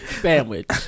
Sandwich